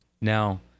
now